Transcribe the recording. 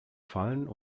fallen